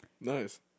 Nice